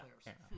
players